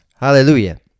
hallelujah